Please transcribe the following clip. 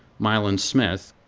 milan smith,